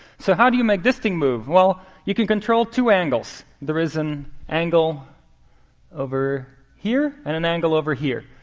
so how do you make this thing move? well, you can control two angles. there is an angle over here, and an angle over here.